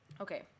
Okay